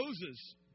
Moses